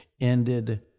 ended